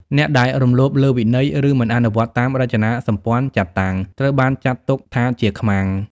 អ្នកដែលរំលោភលើវិន័យ ឬមិនអនុវត្តតាមរចនាសម្ព័ន្ធចាត់តាំង ត្រូវបានចាត់ទុកថាជាខ្មាំង។